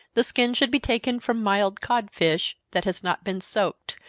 the skin should be taken from mild codfish, that has not been soaked,